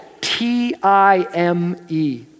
T-I-M-E